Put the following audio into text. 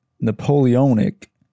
Napoleonic